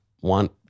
want